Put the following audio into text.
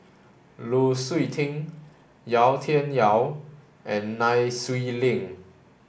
Lu Suitin Yau Tian Yau and Nai Swee Leng